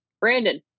Brandon